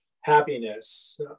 happiness